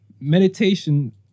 Meditation